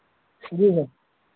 जी sir